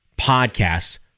podcasts